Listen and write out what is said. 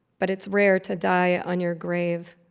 but it's rare to die on your grave.